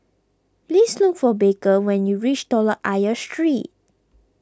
please look for Baker when you reach Telok Ayer Street